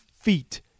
feet